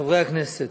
חברי הכנסת,